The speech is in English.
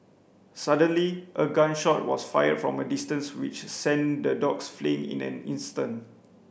suddenly a gun shot was fired from a distance which sent the dogs fleeing in an instant